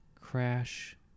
crash